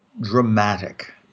dramatic